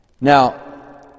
Now